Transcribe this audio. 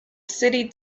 city